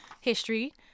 history